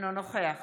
אינו נוכח